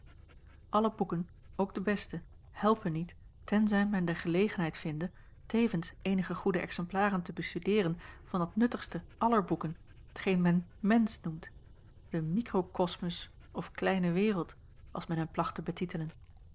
alle boeken ook de beste helpen niet tenzij men de gelegenheid vinde tevens eenige goede exemplaren te bestudeeren van dat nuttigste aller boeken t geen men mensch noemt den mikrokosmus of kleine wereld als men hem placht te betitelen